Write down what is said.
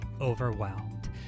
overwhelmed